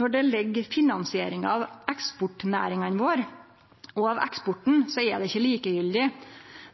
når det gjeld finansieringa av eksportnæringane våre og av eksporten, er det ikkje likegyldig.